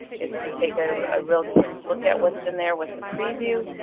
is to take ah a real quick look at what's in there with a preview.